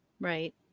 Right